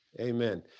Amen